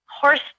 horse